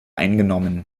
eingenommen